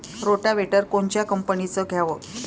Rotavator कोनच्या कंपनीचं घ्यावं?